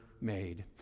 made